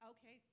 Okay